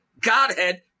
Godhead